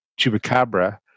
chupacabra